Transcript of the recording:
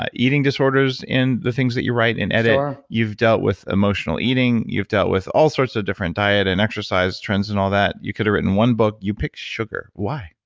ah eating disorders in the things that you write and edit, ah you've dealt with emotional eating, you've dealt with all sorts of different diet and exercise trends and all that. you could've written one book, you picked sugar. why?